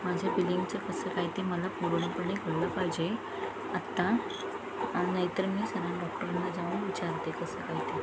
माझ्या बिलिंगचं कसं काय ते मला पुर्णपणे कळलं पाहिजे आत्ता नाहीतर मी सरळ डॉक्टरांना जाऊन विचारते कसं काय ते